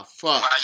fuck